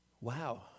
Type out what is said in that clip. wow